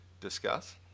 discuss